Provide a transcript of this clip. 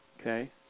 Okay